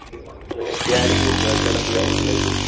ꯎꯝ ꯑꯦꯛꯁꯄꯤꯌꯥꯔꯤꯒꯨꯝꯕ ꯆꯠꯂꯛꯄ ꯌꯥꯎꯗꯦꯅ ꯁꯨꯝ